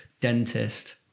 dentist